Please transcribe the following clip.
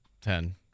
Ten